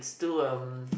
do um